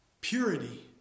Purity